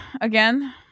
again